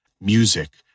music